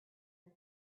and